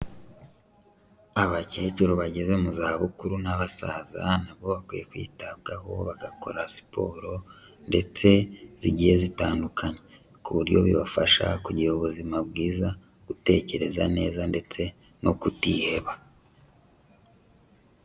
Abakecuru bageze mu zabukuru n'abasaza na bo bakwiye kwitabwaho bagakora siporo ndetse zigiye zitandukanye, ku buryo bibafasha kugira ubuzima bwiza, gutekereza neza ndetse no kutiheba.